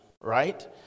right